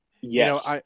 Yes